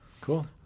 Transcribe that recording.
Cool